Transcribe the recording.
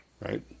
right